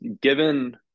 given